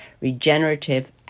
Regenerative